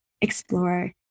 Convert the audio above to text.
explore